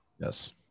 Yes